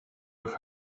have